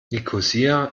nikosia